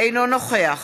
אינו נוכח